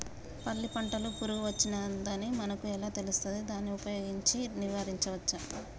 పల్లి పంటకు పురుగు వచ్చిందని మనకు ఎలా తెలుస్తది దాన్ని ఉపయోగించి నివారించవచ్చా?